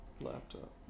laptop